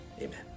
Amen